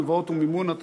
הלוואות ומימון),